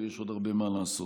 ויש עוד הרבה מה לעשות.